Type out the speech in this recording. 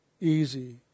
easy